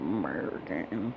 American